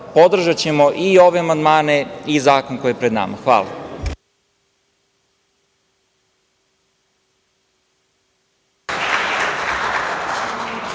podržaćemo i ove amandmane i zakon koji je pred nama. Hvala.